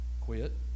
quit